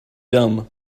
dumb